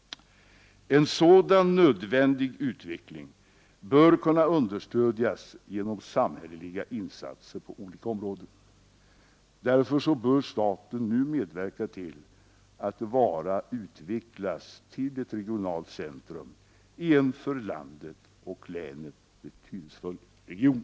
En sådan nödvändig utveckling bör kunna understödjas genom samhälleliga insatser på olika områden. Därför bör staten nu medverka till att Vara utvecklas till ett regionalt centrum i en för landet och länet betydelsefull region.